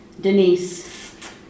Denise